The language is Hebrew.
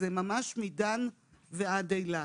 זה מדן ועד אילת.